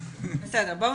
השקף הבא,